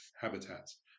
habitats